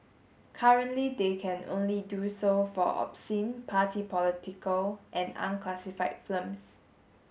currently they can only do so for obscene party political and unclassified films